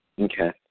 Okay